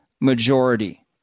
majority